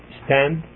stand